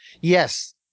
Yes